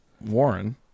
Warren